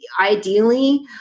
ideally